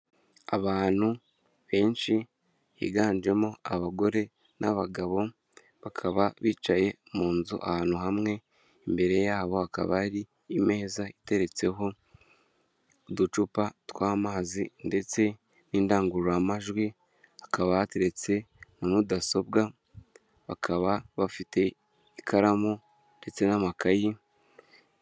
Abantu benshi higanjemo abagore n'abagabo, bakaba bicaye mu nzu ahantu hamwe imbere yabo hakaba hari imeza iteretseho uducupa tw'amazi ndetse n'indangururamajwi, akaba hateretse na mudasobwa bakaba bafite ikaramu ndetse n'amakayi.